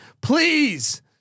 Please